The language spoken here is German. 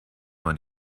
man